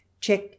check